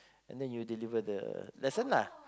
and then you deliver the lesson lah